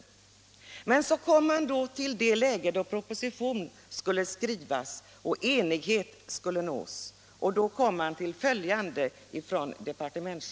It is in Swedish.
Men Etableringsregler så kom man då fram till det läget då proposition skulle skrivas och enighet skulle uppvisas. Och då kom departementschefen fram till följande.